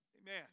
Amen